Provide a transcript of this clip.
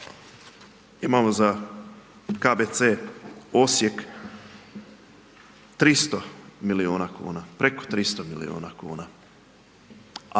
Imamo za KBC Osijek 300 milijuna kuna, preko 300 milijuna kuna,